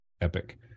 epic